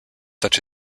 such